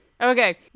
Okay